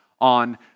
on